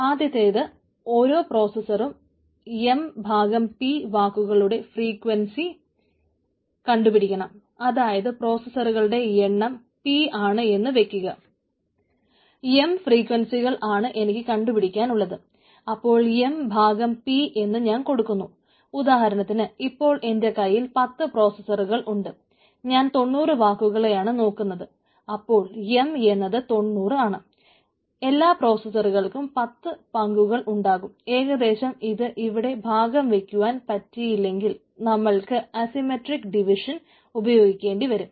ആദ്യത്തെത് ഓരോ പ്രോസ്സസറും എം ഉപയോഗിക്കേണ്ടിവരും